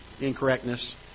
incorrectness